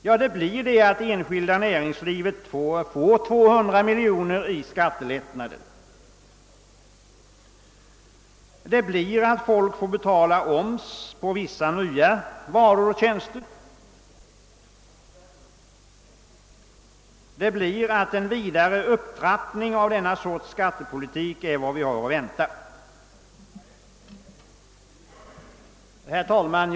Jo, att det enskilda näringslivet får 200 miljoner kronor i skattelättnader; att folk får betala oms på vissa nya varor och tjänster; att en vidare upptrappning av detta slag av skattepolitik är vad vi har att vänta. Herr talman!